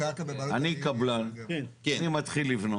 אני קבלן, אני מתחיל לבנות.